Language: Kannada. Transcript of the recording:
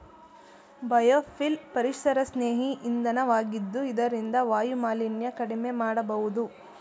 ಬಯೋಫಿಲ್ ಪರಿಸರಸ್ನೇಹಿ ಇಂಧನ ವಾಗಿದ್ದು ಇದರಿಂದ ವಾಯುಮಾಲಿನ್ಯ ಕಡಿಮೆ ಮಾಡಬೋದು